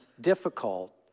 difficult